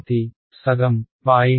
సగం